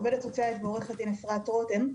אני עובדת סוציאלית ועורכת דין אפרת רותם.